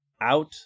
out